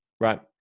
right